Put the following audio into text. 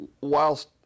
whilst